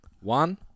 One